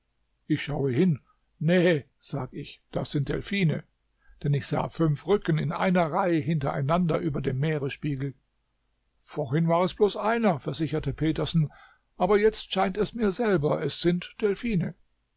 ich schaue hin nee sag ich das sind delphine denn ich sah fünf rücken in einer reihe hintereinander über dem meeresspiegel vorhin war es bloß einer versicherte petersen aber jetzt scheint es mir selber es sind delphine